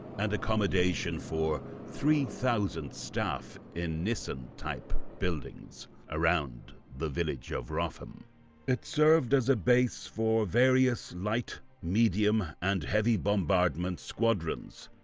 and accommodation for three thousand staff in nissen type buildings around the village of rougham. it served as a base for various light, medium and heavy bombardment squadrons.